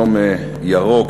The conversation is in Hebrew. יום ירוק,